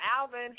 Alvin